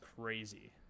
crazy